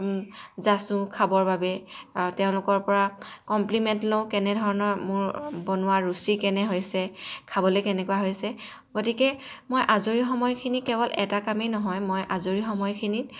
যাঁচো খাবৰ বাবে তেওঁলোক পৰা কমপ্লিমেণ্ট লওঁ কেনেধৰণৰ মোৰ বনোৱা ৰুচি কেনে হৈছে খাবলৈ কেনেকুৱা হৈছে গতিকে মই আজৰি সময়খিনি কেৱল এটা কামেই নহয় আজৰি সময়খিনিত